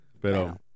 Pero